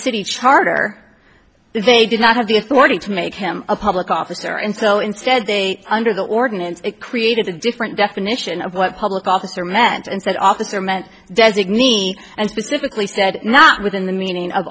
city charter they did not have the authority to make him a public officer and so instead they under the ordinance created a different definition of what public officer meant and said officer meant designee and specifically said not within the meaning of